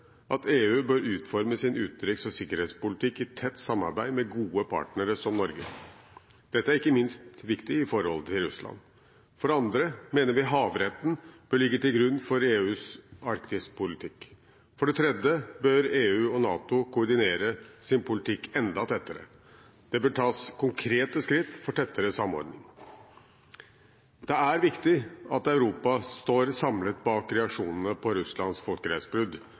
at EU bør utforme sin utenriks- og sikkerhetspolitikk i tett samarbeid med gode partnere som Norge. Dette er ikke minst viktig i forholdet til Russland. Så mener vi at havretten bør ligge til grunn for EUs arktispolitikk, og at EU og NATO bør koordinere sin politikk enda tettere. Det bør tas konkrete skritt for tettere samordning. Det er viktig at Europa står samlet bak reaksjonene på Russlands folkerettsbrudd